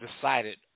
decided